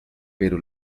pero